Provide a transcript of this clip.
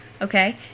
Okay